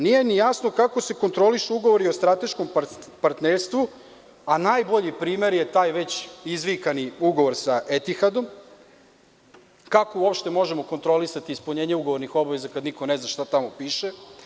Nije mi jasno kako se kontrolišu ugovori o strateškom partnerstvu, a najbolji primer je taj već izvikani ugovor sa Etihadom, kako uopšte možemo kontrolisati ispunjenje ugovornih obaveza kad niko ne zna šta tamo piše.